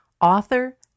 author